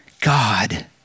God